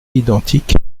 identique